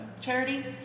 charity